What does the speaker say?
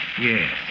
Yes